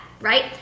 right